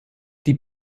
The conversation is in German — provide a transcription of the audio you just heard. die